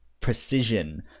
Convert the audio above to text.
precision